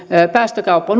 päästökaupan